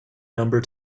number